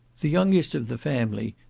the youngest of the family,